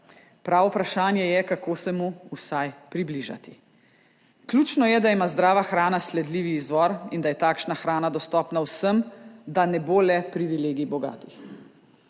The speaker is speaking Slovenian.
Pravo vprašanje je, kako se mu vsaj približati. Ključno je, da ima zdrava hrana sledljiv izvor in da je takšna hrana dostopna vsem, da ne bo le privilegij bogatih.